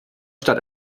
statt